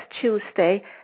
Tuesday